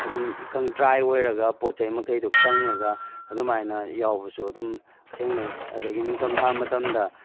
ꯑꯗꯨꯝ ꯏꯀꯪ ꯗ꯭ꯔꯥꯏ ꯑꯣꯏꯔꯒ ꯄꯣꯠ ꯆꯩ ꯃꯈꯩꯗꯣ ꯀꯪꯉꯒ ꯑꯗꯨꯃꯥꯏꯅ ꯌꯥꯎꯕꯁꯨ ꯑꯗꯨꯝ ꯊꯦꯡꯅꯩ ꯑꯗꯒꯤ ꯅꯤꯡꯊꯝ ꯊꯥ ꯃꯇꯝꯗ